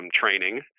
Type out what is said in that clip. training